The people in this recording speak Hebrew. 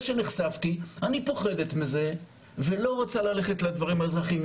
שנחשפתי אני פוחדת מזה ולא רוצה ללכת לדברים האזרחיים.